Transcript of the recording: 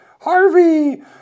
Harvey